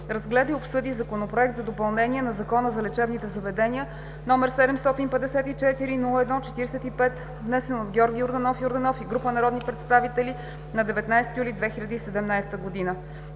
разгледа и обсъди Законопроект за допълнение на Закона за лечебните заведения, № 754-01-45, внесен от Георги Йорданов Йорданов и група народни представители на 19 юли 2017 г.